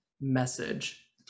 Message